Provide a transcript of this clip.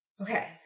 Okay